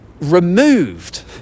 removed